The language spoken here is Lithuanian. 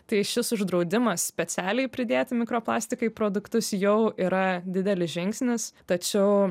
tai šis uždraudimas specialiai pridėti mikroplastiką į produktus jau yra didelis žingsnis tačiau